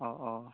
অঁ অঁ